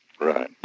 Right